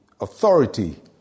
authority